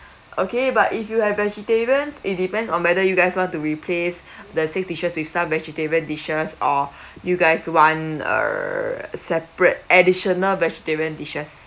okay but if you are vegetarian it depends on whether you guys want to replace the save dishes with some vegetarian dishes or you guys want uh separate additional vegetarian dishes